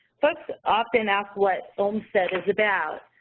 folks often ask what olmstead is about.